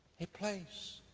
a place.